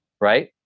right